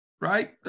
right